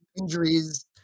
injuries